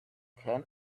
can